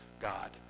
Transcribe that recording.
God